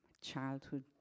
childhood